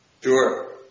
sure